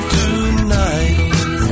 tonight